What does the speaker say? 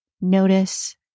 notice